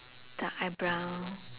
the eyebrow